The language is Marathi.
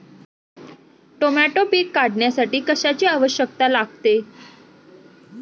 टोमॅटो पीक काढण्यासाठी कशाची आवश्यकता लागते?